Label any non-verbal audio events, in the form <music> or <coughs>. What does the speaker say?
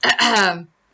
<coughs>